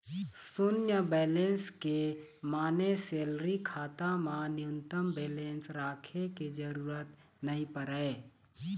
सून्य बेलेंस के माने सेलरी खाता म न्यूनतम बेलेंस राखे के जरूरत नइ परय